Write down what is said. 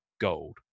gold